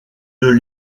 deux